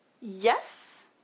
Yes